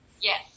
Yes